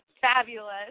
fabulous